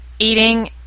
eating